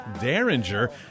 Derringer